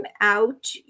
out